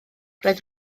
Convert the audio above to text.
roedd